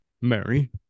Mary